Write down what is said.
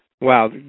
Wow